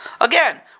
again